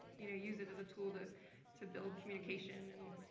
you know use it as a tool to to build communication and